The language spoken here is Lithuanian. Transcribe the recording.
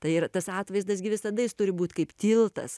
tai yra tas atvaizdas gi visada jis turi būt kaip tiltas